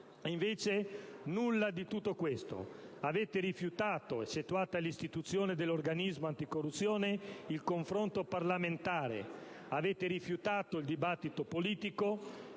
invece, nulla di tutto questo. Avete rifiutato, eccettuata l'istituzione dell'organismo anticorruzione, il confronto parlamentare. Avete rifiutato il dibattito politico.